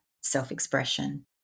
self-expression